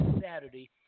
Saturday